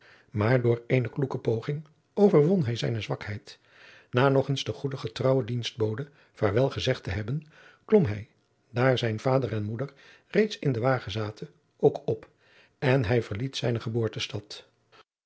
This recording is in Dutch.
maar door eene kloeke poging overwon hij zijne zwakheid na nog eens de goede getrouwe dienstbode vaarwel gezegd te hebben klom hij daar zijn vader en moeder reeds in den wagen zaten ook op en hij verliet zijne geboortestad